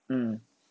mm